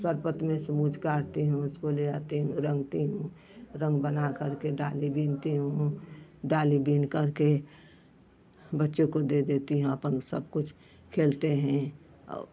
सरपत में से मूच काटती हूँ उसको ले आती हूँ रंगती हूँ रंग बनाकर के डाली बिनती हूँ डाली बुनकर के बच्चों को दे देती हूँ आपन उह सब कुछ खेलते हैं औ